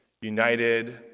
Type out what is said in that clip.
united